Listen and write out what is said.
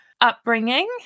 upbringing